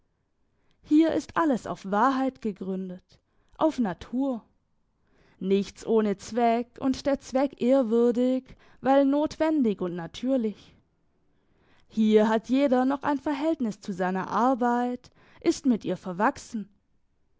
hier ist alles auf wahrheit gegründet auf natur nichts ohne zweck und der zweck ehrwürdig weil notwendig und natürlich hier hat jeder noch ein verhältnis zu seiner arbeit ist mit ihr verwachsen